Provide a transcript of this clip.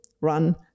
run